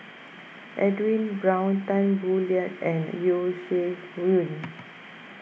Edwin Brown Tan Boo Liat and Yeo Shih Yun